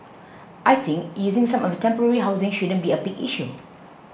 I think using some of temporary housing shouldn't be a big issue